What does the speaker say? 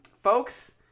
folks